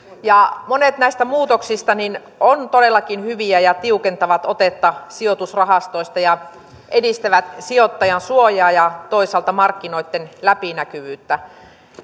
monet näistä muutoksista ovat todellakin hyviä ja tiukentavat otetta sijoitusrahastoista ja edistävät sijoittajan suojaa ja toisaalta markkinoitten läpinäkyvyyttä